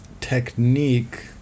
technique